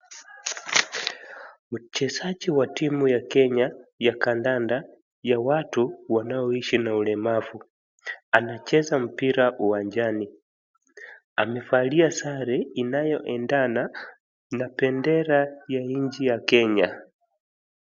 Mchezaji wa timu ya Kenya ya kandanda ya watu wanaoishi na ulemavu, anacheza mpira uwanjani. Amevalia sare inayoendana na bendera ya nchi ya Kenya.